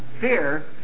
fear